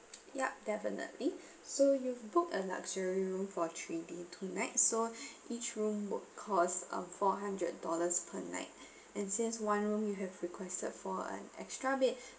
yup definitely so you've booked a luxury room for three day two nights so each room would cost um four hundred dollars per night and since one room you have requested for an extra bed